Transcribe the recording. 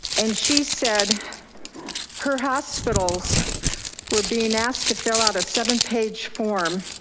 and she said her hospitals were being asked to fill out a seven page form,